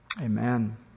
amen